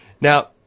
Now